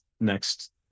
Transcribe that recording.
next